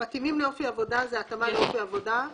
"מתאימים לאופי העבודה" זה התאמה לאופי העבודה.